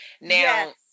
Now